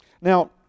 Now